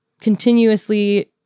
continuously